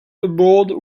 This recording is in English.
aboard